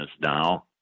now